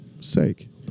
sake